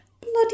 Bloody